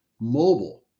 Mobile